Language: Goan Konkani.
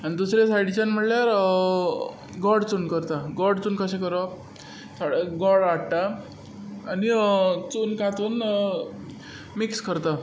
आनी दुसरे सायडीच्यान म्हणल्यार गोड चून करता गोड चून कशें करप थोडें गोड हाडटा आनी चून तातूंत मिक्स करता